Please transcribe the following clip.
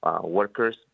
workers